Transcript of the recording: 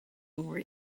more